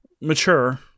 mature